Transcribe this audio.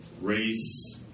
race